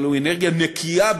אבל הוא אנרגיה נקייה,